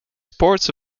sports